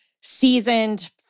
seasoned